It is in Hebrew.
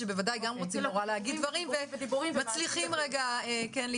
הגונים שאני מזכירה לכולנו זה אנשים שבאו